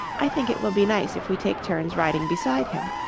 i think it will be nice if we take turns riding beside him.